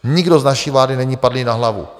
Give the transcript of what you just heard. Nikdo z naší vlády není padlý na hlavu.